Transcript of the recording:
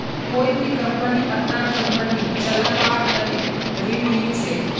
कोई भी कम्पनी अपनार कम्पनी चलव्वार तने ऋण ली छेक